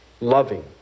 loving